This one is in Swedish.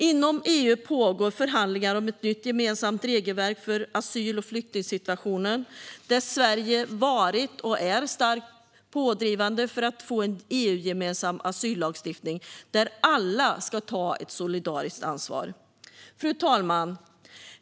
Inom EU pågår förhandlingar om ett nytt gemensamt regelverk för asyl och flyktingsituationen. Där har Sverige varit starkt pådrivande för att få en EU-gemensam asyllagstiftning där alla ska ta ett solidariskt ansvar. Fru talman!